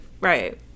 right